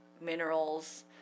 minerals